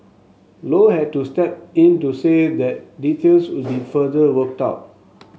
low had to step in to say that details would be further worked out